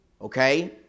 Okay